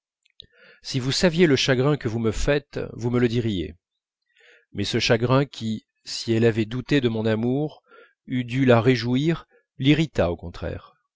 si vous saviez le chagrin que vous me faites vous me le diriez mais ce chagrin qui si elle avait douté de mon amour eût dû la réjouir l'irrita au contraire